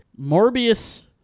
Morbius